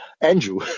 Andrew